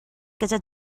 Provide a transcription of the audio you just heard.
gyda